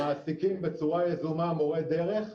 מעסיקים בצורה יזומה מורי דרך,